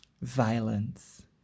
violence